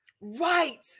right